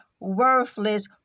worthless